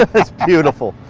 it's beautiful.